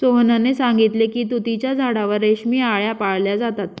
सोहनने सांगितले की तुतीच्या झाडावर रेशमी आळया पाळल्या जातात